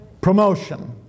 Promotion